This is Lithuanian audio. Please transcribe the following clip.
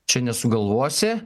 čia nesugalvosi